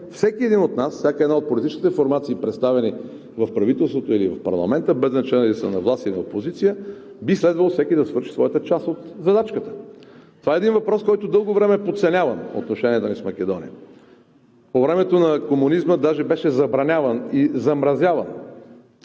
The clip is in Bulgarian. всеки един от нас, всяка една от политическите формации, представени в правителството или в парламента, без значение дали са на власт, или в опозиция, би следвало всеки да свърши своята част от задачката. Това е един въпрос, който дълго време е подценяван в отношенията ни с Македония, по времето на комунизма даже беше забраняван и замразяван.